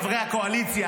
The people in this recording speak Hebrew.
חברי הקואליציה,